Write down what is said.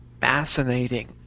fascinating